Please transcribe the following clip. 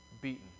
beaten